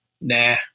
nah